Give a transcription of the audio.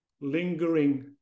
lingering